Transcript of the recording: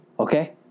Okay